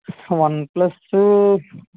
one plus